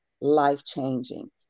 life-changing